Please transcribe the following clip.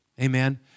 amen